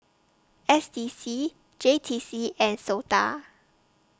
S D C J T C and Sota